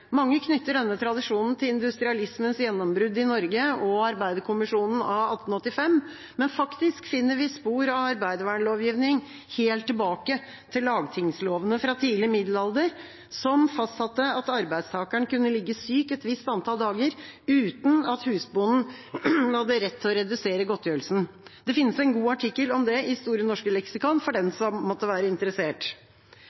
Mange knytter denne tradisjonen til industrialismens gjennombrudd i Norge og arbeiderkommisjonen av 1885, men faktisk finner vi spor av arbeidervernlovgivning helt tilbake til lagtingslovene fra tidlig middelalder, som fastsatte at arbeidstakeren kunne ligge syk et visst antall dager uten at husbonden hadde rett til å redusere godtgjørelsen. Det finnes en god artikkel om det i Store norske leksikon for den